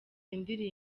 indirimbo